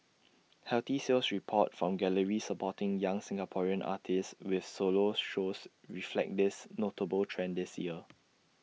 healthy sales reports from galleries supporting young Singaporean artists with solos shows reflect this notable trend this year